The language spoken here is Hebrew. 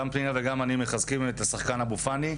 גם פנינה וגם אני מחזקים את השחקן אבו-פאני.